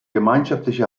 gemeinschaftliche